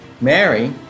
Mary